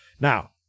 now